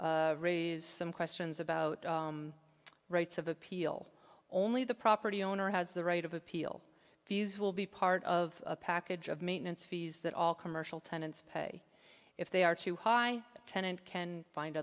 mason raise some questions about rights of appeal only the property owner has the right of appeal fees will be part of a package of maintenance fees that all commercial tenants pay if they are too high tenant can find